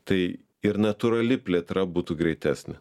tai ir natūrali plėtra būtų greitesnė